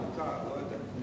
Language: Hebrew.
אם מותר,